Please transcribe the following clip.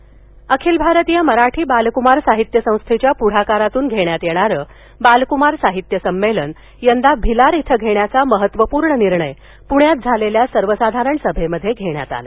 बालक्मार अखिल भारतीय मराठी बालकुमार साहित्य संस्थेच्या पुढाकारातून घेण्यात येणारं बालकुमार साहित्य संमेलन यंदा भिलार इथं घेण्याचा महत्तवपूर्ण निर्णय काल पूण्यात झालेल्या सर्वसाधारण घेण्यात आला